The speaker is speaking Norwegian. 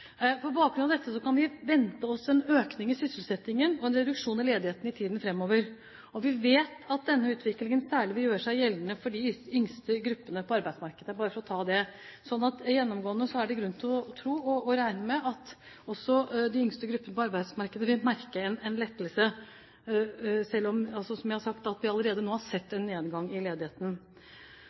På bakgrunn av dette kan vi vente oss en økning i sysselsettingen og en reduksjon i ledigheten i tiden framover, og vi vet at denne utviklingen særlig vil gjøre seg gjeldende for de yngste gruppene på arbeidsmarkedet, bare for å ta det. Så gjennomgående er det grunn til å tro og regne med at også de yngste gruppene på arbeidsmarkedet vil merke en lettelse, selv om, som jeg har sagt, vi allerede nå har sett en nedgang i ledigheten.